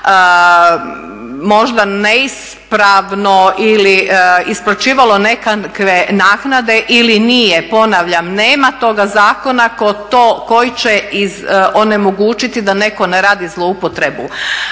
možda neispravno ili isplaćivalo nekakve naknade ili nije. Ponavljam, nema toga zakona koji će onemogućiti da netko ne radi zloupotrebu.